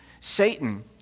Satan